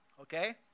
Okay